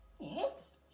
Yes